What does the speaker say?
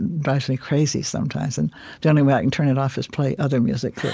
drives me crazy sometimes. and the only way i can turn it off is play other music ok